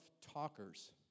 talkers